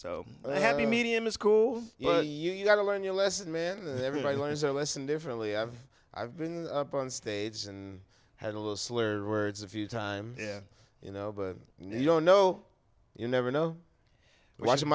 so they have the medium is cool well you got to learn your lesson man everybody learns a lesson differently i've i've been up on stage and had a little slur words a few times yeah you know but you know you never know watching